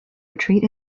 retreat